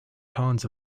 cons